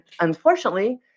unfortunately